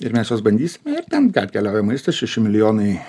ir mes juos bandysim ir ten ką atkeliauja maistas šeši milijonai